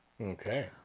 Okay